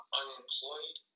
unemployed